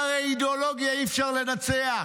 והרי אידיאולוגיה אי-אפשר לנצח,